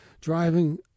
driving